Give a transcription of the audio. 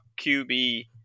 qb